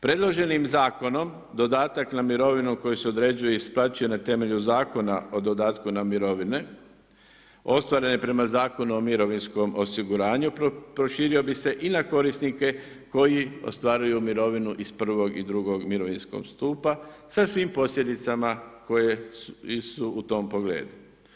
Predloženim zakonom dodatak na mirovinu koji se određuje i isplaćuje na temelju Zakona o dodatku na mirovine ostvaren je prema Zakonu o mirovinskom osiguranju, proširio bi se i na korisnike koji ostvaruju mirovinu iz prvog i drugog mirovinskog stupa sa svim posljedicama koje su u tom pogledu.